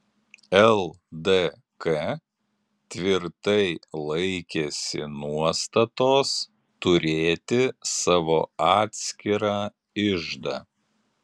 ldk tvirtai laikėsi nuostatos turėti savo atskirą iždą